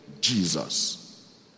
Jesus